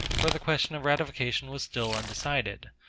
where the question of ratification was still undecided.